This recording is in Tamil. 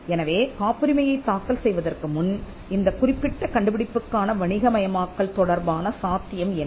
எனவே காப்புரிமையைத் தாக்கல் செய்வதற்கு முன் இந்தக் குறிப்பிட்ட கண்டுபிடிப்புக்கான வணிகமயமாக்கல் தொடர்பான சாத்தியம் என்ன